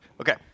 Okay